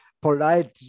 polite